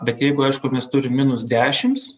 bet jeigu aišku mes turim minus dvidešims